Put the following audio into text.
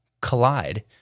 collide